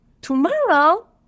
Tomorrow